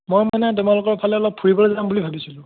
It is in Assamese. মই মানে তোমালোকৰ ফালে অলপ ফুৰিবলৈ যাম বুলি ভাবিছিলো